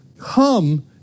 come